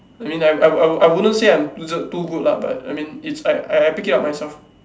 I mean like I wouldn't I wouldn't say like I'm too good lah but I mean it's like I pick it up myself